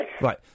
Right